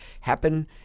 happen